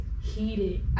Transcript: heated